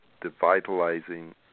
devitalizing